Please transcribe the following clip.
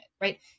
right